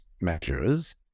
measures